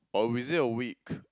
or is it a week